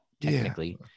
technically